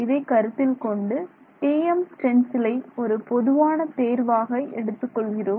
இதை கருத்தில் கொண்டு TM ஸ்டென்சிலை ஒரு பொதுவான தேர்வாக எடுத்துக் கொள்கிறோம்